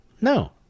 No